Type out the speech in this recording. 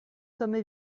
sommes